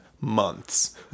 months